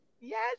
Yes